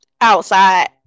outside